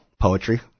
poetry